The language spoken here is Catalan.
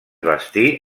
bastí